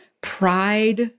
Pride